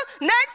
next